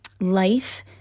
life